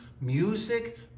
music